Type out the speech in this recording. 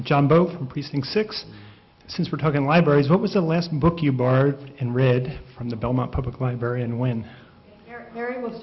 john both from precinct six since we're talking libraries what was the last book you borrowed and read from the belmont public library and when